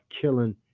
killing